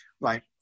Right